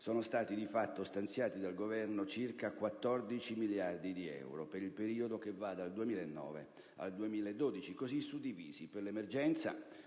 sono stati, di fatto, stanziati dal Governo circa 14 miliardi di euro per il periodo che va dal 2009 al 2012, variamente suddivisi. Per l'emergenza